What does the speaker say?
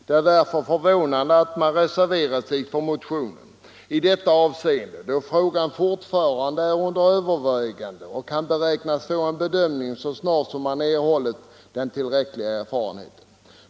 Det är därför förvånande att man reserverat sig för motionen i detta avseende, då frågan fortfarande är under övervägande och kan beräknas få en bedömning så snart vi erhållit tillräcklig erfarenhet.